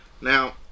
Now